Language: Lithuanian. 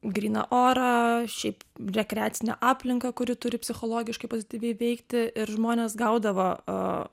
gryną orą šiaip rekreacinę aplinką kuri turi psichologiškai pozityviai veikti ir žmonės gaudavo